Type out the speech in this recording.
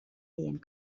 dient